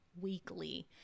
weekly